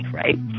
right